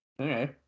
okay